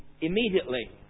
immediately